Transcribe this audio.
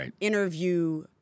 interview